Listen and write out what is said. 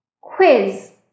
quiz